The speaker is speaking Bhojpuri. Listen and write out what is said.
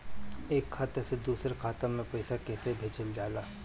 एक खाता से दुसरे खाता मे पैसा कैसे भेजल जाला?